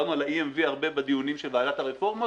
דיברנו על ה-EMV הרבה בדיונים של ועדת הרפורמות,